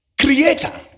creator